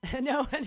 No